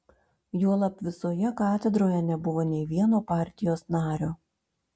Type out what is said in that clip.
juolab visoje katedroje nebuvo nė vieno partijos nario